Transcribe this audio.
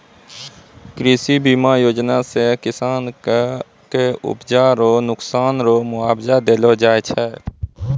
कृषि बीमा योजना से किसान के उपजा रो नुकसान रो मुआबजा देलो जाय छै